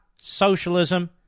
socialism